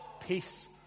peace